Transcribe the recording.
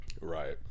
Right